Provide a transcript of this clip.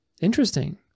Interesting